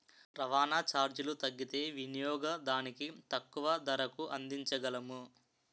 రవాణా చార్జీలు తగ్గితే వినియోగదానికి తక్కువ ధరకు అందించగలము